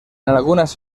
algunas